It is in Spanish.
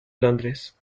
londres